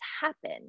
happen